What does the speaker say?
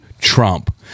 Trump